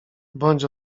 bądź